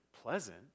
pleasant